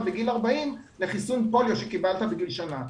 בגיל 40 לחיסון פוליו שקיבלת בגיל שנה.